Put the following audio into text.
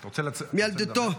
מילדותו,